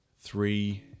three